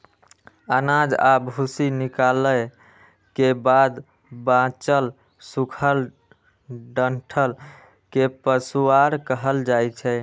अनाज आ भूसी निकालै के बाद बांचल सूखल डंठल कें पुआर कहल जाइ छै